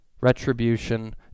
retribution